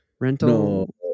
rental